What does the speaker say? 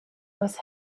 was